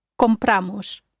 Compramos